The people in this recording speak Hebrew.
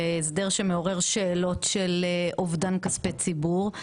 זה הסדר שמעורר שאלות של אובדן כספי ציבור.